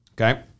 Okay